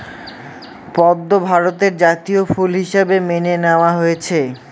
পদ্ম ভারতের জাতীয় ফুল হিসাবে মেনে নেওয়া হয়েছে